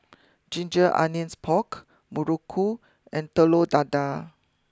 Ginger Onions Pork Muruku and Telur Dadah